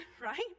right